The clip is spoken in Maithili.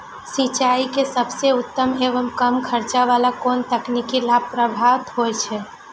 सिंचाई के सबसे उत्तम एवं कम खर्च वाला कोन तकनीक लाभप्रद होयत छै?